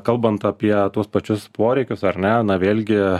kalbant apie tuos pačius poreikius ar ne na vėlgi